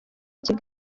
kigali